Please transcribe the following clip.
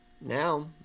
Now